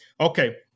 Okay